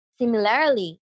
Similarly